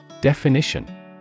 Definition